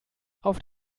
auf